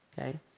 okay